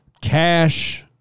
cash